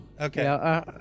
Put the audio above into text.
Okay